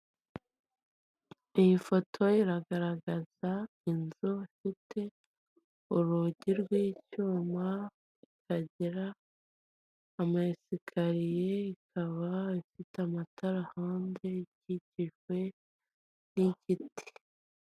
Iyi foto iragaragaza inzu ifite urugi rw'icyuma ikagira amaesikariye ikaba ifite amatara hanze ifite n'igiti.